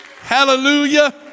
Hallelujah